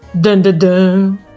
Dun-dun-dun